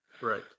Right